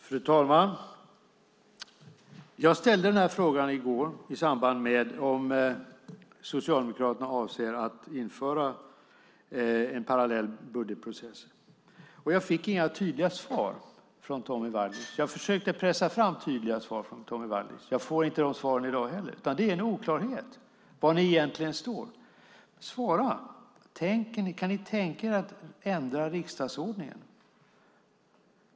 Fru talman! Jag ställde i går frågan om Socialdemokraterna avser att införa en parallell budgetprocess, och jag fick inga tydliga svar av Tommy Waidelich. Jag försöker pressa fram tydliga svar av honom, men jag får inte de svaren i dag heller. Det är en oklarhet i var ni egentligen står, Tommy Waidelich. Kan ni tänka er att ändra riksdagsordningen?